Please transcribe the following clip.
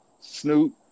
Snoop